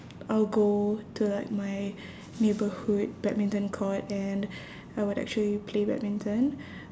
I'll go to like my neighbourhood badminton court and I would actually play badminton